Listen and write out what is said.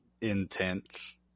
intense